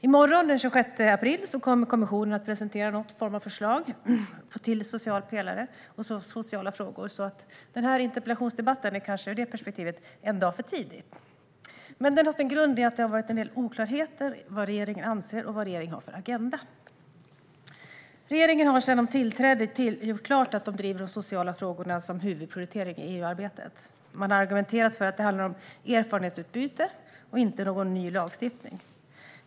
I morgon, den 26 april, kommer kommissionen att presentera någon form av förslag till social pelare, så denna interpellationsdebatt är kanske ur det perspektivet en dag för tidig. Men den har sin grund i att det har funnits en del oklarheter när det gäller vad regeringen anser och vad den har för agenda. Regeringen har sedan den tillträdde gjort klart att den driver de sociala frågorna som huvudprioritering i EU-arbetet. Man har argumenterat för att det handlar om erfarenhetsutbyte, inte någon ny lagstiftning.